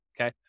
Okay